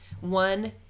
one